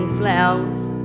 flowers